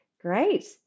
Great